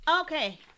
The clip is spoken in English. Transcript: Okay